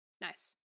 Nice